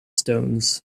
stones